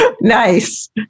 Nice